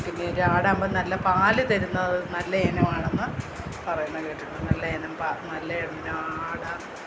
പിന്നെയൊരു ആടാകുമ്പോൾ നല്ല പാലു തരുന്നത് നല്ല ഇനമാണെന്നു പറയുന്നതു കേട്ടിട്ടുണ്ട് നല്ല ഇനം പാ നല്ല ഇനം ആടാണ്